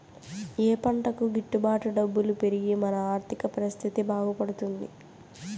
ఏ పంటకు గిట్టు బాటు డబ్బులు పెరిగి మన ఆర్థిక పరిస్థితి బాగుపడుతుంది?